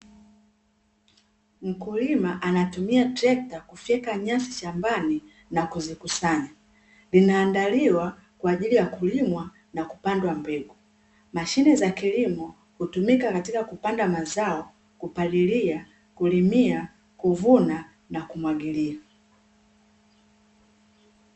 Mkulima anatumia trekta kufyeka nyasi shambani na kuzikusanya, linaandaliwa kwa ajili ya kulimwa na kupandwa mbegu. Mashine za kilimo hutumika katika kupanda mazao, kupalilia, kulimia, kuvuna na kumwagilia.